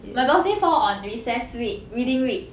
my birthday fall on recess week reading week